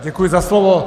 Děkuji za slovo.